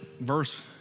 verse